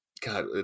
God